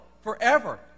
forever